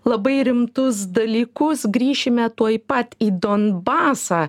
labai rimtus dalykus grįšime tuoj pat į donbasą